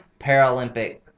Paralympic